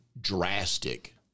drastic